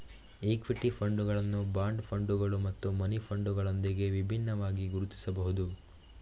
equity ಫಂಡುಗಳನ್ನು bond ಫಂಡುಗಳು ಮತ್ತು ಮನಿ ಫಂಡುಗಳೊಂದಿಗೆ ವಿಭಿನ್ನವಾಗಿ ಗುರುತಿಸಬಹುದು